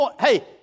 Hey